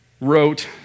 wrote